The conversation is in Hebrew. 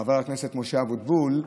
חבר הכנסת משה אבוטבול,